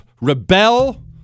Rebel